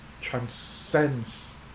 transcends